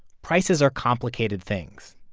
prices are complicated things.